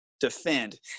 defend